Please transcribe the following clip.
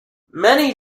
many